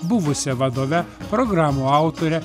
buvusia vadove programų autore